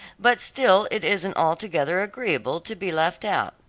but still it isn't altogether agreeable to be left out.